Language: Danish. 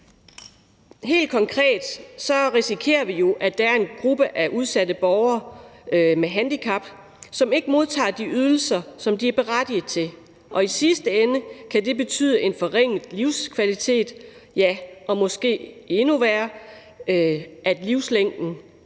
Helt konkret risikerer vi jo, at der er en gruppe af udsatte borgere med handicap, som ikke modtager de ydelser, som de er berettiget til, og i sidste ende kan det betyde en forringet livskvalitet og, måske endnu værre, at livslængden